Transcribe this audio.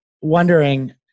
wondering